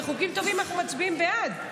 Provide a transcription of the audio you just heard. בחוקים טובים אנחנו מצביעים בעד.